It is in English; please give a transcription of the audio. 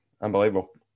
Unbelievable